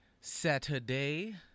Saturday